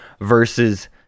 versus